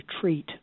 treat